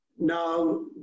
Now